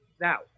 Now